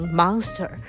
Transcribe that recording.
monster